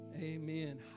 Amen